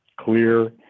clear